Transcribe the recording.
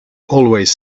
always